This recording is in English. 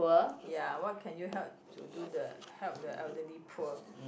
ya what can you help to do the help the elderly poor